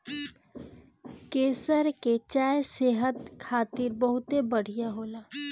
केसर के चाय सेहत खातिर बहुते बढ़िया होला